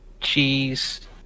cheese